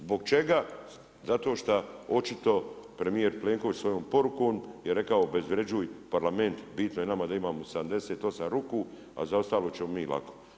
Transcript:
Zbog čega, zato što očito premjer Plenković svojom poruku je rekao obezvrjeđuj parlament, bitno je nama da imamo 78 ruku, a za ostalo ćemo mi lako.